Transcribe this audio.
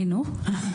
היינו.